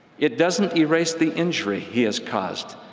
it doesn't erase the injury he has caused,